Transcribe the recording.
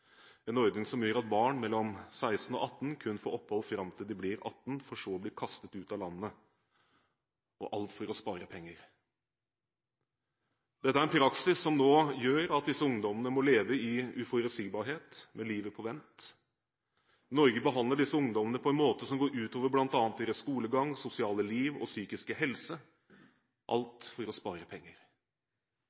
en ordning som gjør at barn mellom 16 og 18 år kun får opphold fram til de blir 18 år, for så å bli kastet ut av landet – alt for å spare penger. Dette er en praksis som gjør at disse ungdommene må leve i uforutsigbarhet, med livet på vent. Norge behandler disse ungdommene på en måte som går ut over bl.a. deres skolegang, sosiale liv og psykiske helse – alt for å spare penger.